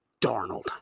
Darnold